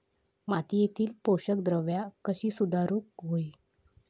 मातीयेतली पोषकद्रव्या कशी सुधारुक होई?